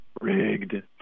rigged